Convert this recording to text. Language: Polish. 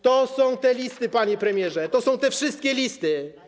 To są te listy, panie premierze, to są te wszystkie listy.